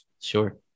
Sure